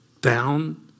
down